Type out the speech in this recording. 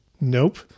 Nope